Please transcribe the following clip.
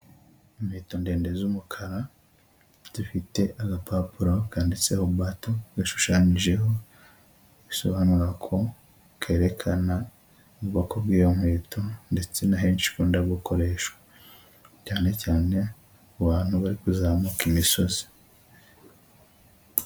Inkweto ndende z'umukara zifite agapapuro kanditseho bato, gashushanyijeho, bisobanura ko kerekana ubwoko bw'iyo nkweto ndetse na henshi ikunda gukoresha, cyane cyane ku bantu bari kuzamuka imisozi.